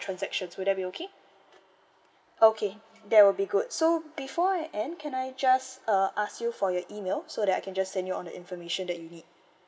transactions would that be okay okay that will be good so before we end can I just uh ask you for your email so that I can just send you all the information that you need